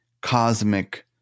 cosmic